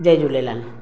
Jay Jhulelal